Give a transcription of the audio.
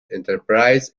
enterprise